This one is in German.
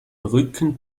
rücken